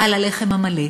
על הלחם המלא.